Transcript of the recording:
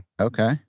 Okay